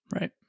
right